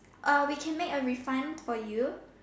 we can make a refund for you